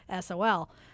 SOL